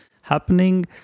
happening